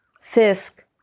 Fisk